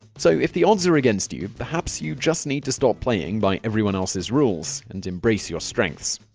so if the odds are against you, perhaps you just need to stop playing by everyone else's rules and embrace your strengths.